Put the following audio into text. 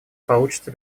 получится